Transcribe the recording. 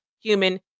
human